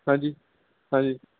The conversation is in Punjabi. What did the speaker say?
ਹਾਂਜੀ ਹਾਂਜੀ